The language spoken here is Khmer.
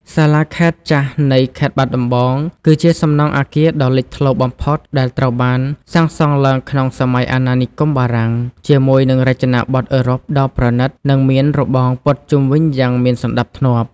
សាលាខេត្តចាស់នៃខេត្តបាត់ដំបង គឺជាសំណង់អគារដ៏លេចធ្លោបំផុត ដែលត្រូវបានសាងសង់ឡើងក្នុងសម័យអាណានិគមបារាំង ជាមួយនឹងរចនាប័ទ្មអឺរ៉ុបដ៏ប្រណីត និងមានរបងព័ទ្ធជុំវិញយ៉ាងមានសណ្តាប់ធ្នាប់។